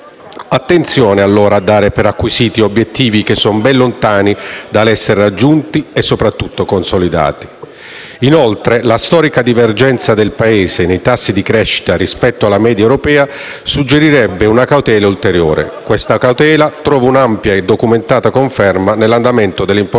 Attenzione allora a dare per acquisiti obiettivi che sono ben lontani dall'essere raggiunti e consolidati. La storica divergenza del Paese, inoltre, nei tassi di crescita rispetto alla media europea suggerirebbe una cautela ulteriore. Questa cautela trova un'ampia e documentata conferma nell'andamento delle importazioni